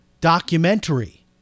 documentary